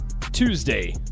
Tuesday